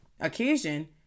occasion